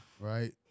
Right